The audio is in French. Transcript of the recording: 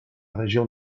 région